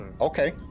okay